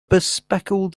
bespectacled